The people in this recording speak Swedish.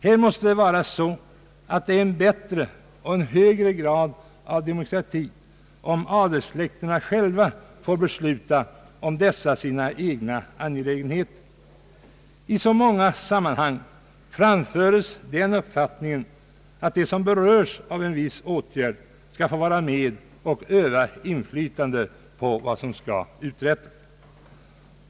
Det är en bättre och högre grad av demokrati om adelssläkterna själva får besluta om dessa sina egna angelägenheter. I så många andra sammanhang framföres den uppfattningen att de som berörs av en viss åtgärd skall få vara med och öva inflytande på vad som skall uträttas.